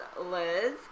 Liz